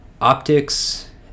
optics